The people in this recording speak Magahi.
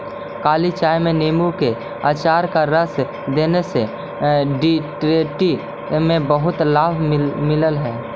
काली चाय में नींबू के अचार का रस देने से डिसेंट्री में बहुत लाभ मिलल हई